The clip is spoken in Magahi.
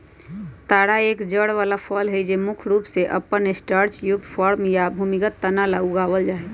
तारा एक जड़ वाला फसल हई जो मुख्य रूप से अपन स्टार्चयुक्त कॉर्म या भूमिगत तना ला उगावल जाहई